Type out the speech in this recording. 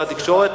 שר התקשורת,